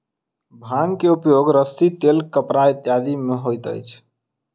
भांग के उपयोग रस्सी तेल कपड़ा इत्यादि में होइत अछि